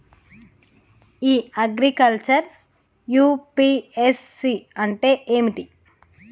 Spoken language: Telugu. ఇ అగ్రికల్చర్ యూ.పి.ఎస్.సి అంటే ఏమిటి?